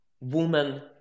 woman